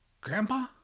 Grandpa